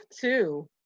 two